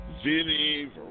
Vinny